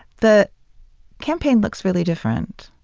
the campaign looks really different.